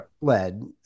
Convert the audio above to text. led